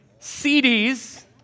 CDs